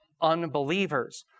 unbelievers